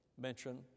Mention